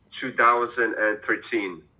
2013